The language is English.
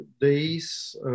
days